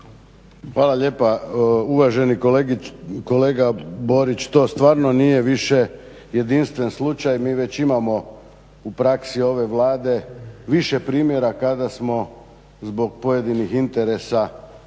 Hvala lijepa. Uvaženi kolega Borić, to stvarno nije više jedinstven slučaj. Mi već imamo u praksi ove Vlade više primjera kada smo zbog pojedinih interesa